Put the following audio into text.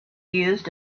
used